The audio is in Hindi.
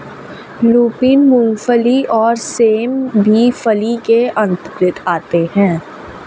लूपिन, मूंगफली और सेम भी फली के अंतर्गत आते हैं